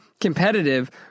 competitive